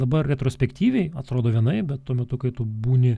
dabar retrospektyviai atrodo vienaip bet tuo metu kai tu būni